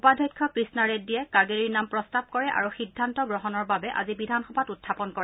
উপাধ্যক্ষ কৃষ্ণা ৰেড্ডীয়ে কাগেৰিৰ নাম প্ৰস্তাৱ কৰে আৰু সিদ্ধান্ত গ্ৰহণৰ বাবে আজি বিধানসভাত উখাপন কৰে